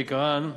שעיקרן: